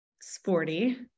sporty